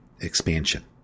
Expansion